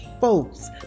folks